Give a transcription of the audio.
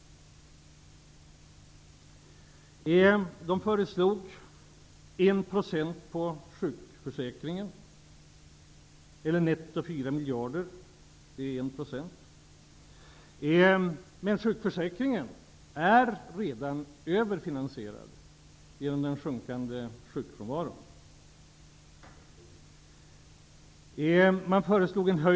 De föreslog 1 % på sjukförsäkringen, netto 4 miljarder. Men sjukförsäkringen är redan överfinansierad på grund av den sjunkande sjukfrånvaron.